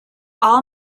all